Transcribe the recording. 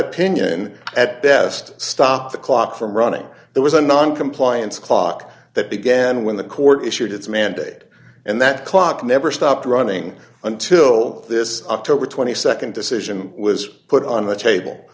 opinion at best stop the clock from running there was a noncompliance clock that began when the court issued its mandate and that clock never stopped running until this october nd decision was put on the table